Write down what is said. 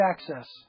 access